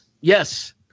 Yes